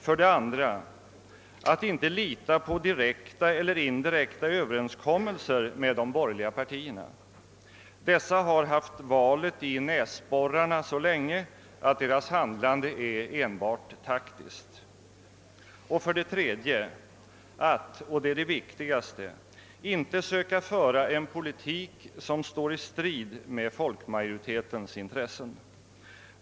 För det andra att inte lita på direkta eller indirekta överenskommelser med de borgerliga partierna. Dessa har haft valet i näsborrarna så länge, att deras handlande är enbart taktiskt. För det tredje — och det är det viktigaste att inte söka föra en politik som står i strid med folkmajoritetens intressen.